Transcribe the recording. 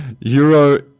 euro